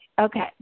okay